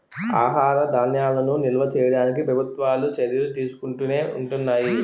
ఆహార ధాన్యాలను నిల్వ చేయడానికి ప్రభుత్వాలు చర్యలు తీసుకుంటునే ఉంటున్నాయి